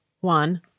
one